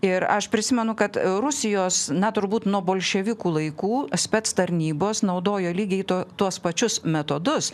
ir aš prisimenu kad rusijos na turbūt nuo bolševikų laikų spec tarnybos naudojo lygiai to tuos pačius metodus